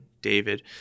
David